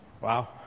Wow